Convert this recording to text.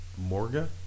Morga